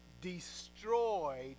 destroyed